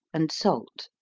and salt.